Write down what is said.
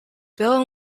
bill